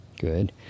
good